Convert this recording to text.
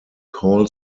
call